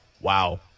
Wow